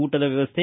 ಊಟದ ವ್ಯವಸ್ಥೆ